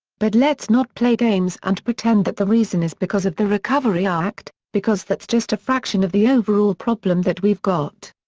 but let's not play games and pretend that the reason is because of the recovery act, because that's just a fraction of the overall problem that we've got.